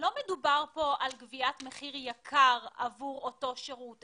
לא מדובר כאן על גביית מחיר יקר עבור אותו שירות.